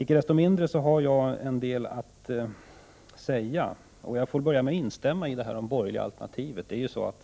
Icke desto mindre har jag en del att säga, och jag börjar med att instämma i vad Anna-Greta Leijon sade om det borgerliga alternativet.